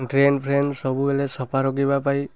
drain ଫ୍ରେନ୍ ସବୁବେଳେ ସଫା ରଖିବା ପାଇଁ